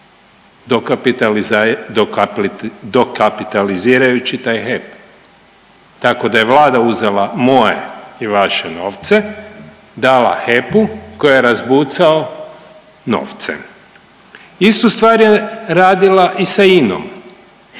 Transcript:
dokapitalizirajući taj HEP, tako da je Vlada uzela moje i vaše novce dala HEP-u koji je razbucao novce. Istu stvar je radila i sa INA-om,